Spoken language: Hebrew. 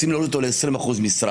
רוצים להוריד אותו ל-20% משרה.